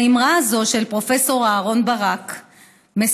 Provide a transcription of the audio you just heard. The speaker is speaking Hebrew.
האמרה הזאת של פרופ' אהרן ברק מסכמת